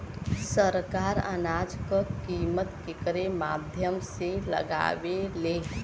सरकार अनाज क कीमत केकरे माध्यम से लगावे ले?